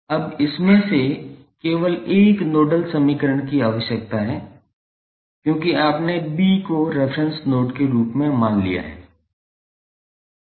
अब इसमें से केवल एक नोडल समीकरण की आवश्यकता है क्योंकि आपने B को रेफेरेंस नोड के रूप में लिया है